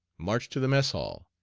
marched to the mess hall,